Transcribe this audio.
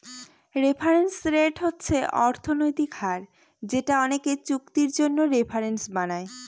reference rate হচ্ছে অর্থনৈতিক হার যেটা অনেকে চুক্তির জন্য রেফারেন্স বানায়